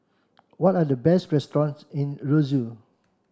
what are the best restaurants in Roseau